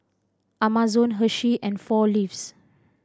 Amazon Hershey and Four Leaves